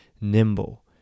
Nimble